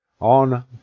On